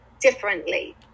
differently